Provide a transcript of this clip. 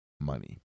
money